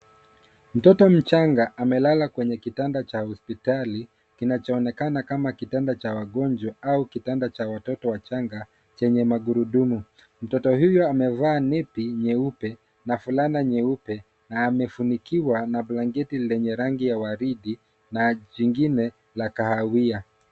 Mtoto mchanga amelala kwenye kitanda cha hospitali kinachoonekana kama kitanda cha wagonjwa au kitanda cha watoto wachanga chenye magurudumu. Mtoto huyo amevaa nepi nyeupe na fulana nyeupe na amefunikiwa na blanketi lenye rangi ya waridi na jingine la kahawia.